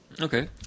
Okay